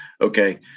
Okay